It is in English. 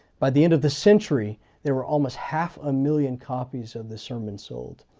by the end of the century there were almost half a million copies of the sermons sold.